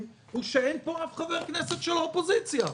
היא שאין פה אף חבר כנסת מן האופוזיציה.